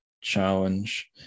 challenge